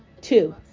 two